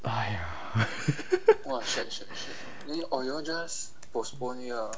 !aiya!